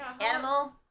Animal